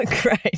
Great